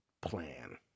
plan